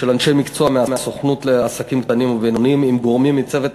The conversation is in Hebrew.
של אנשי מקצוע מהסוכנות לעסקים קטנים ובינוניים עם גורמים מצוות